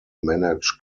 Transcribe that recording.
manage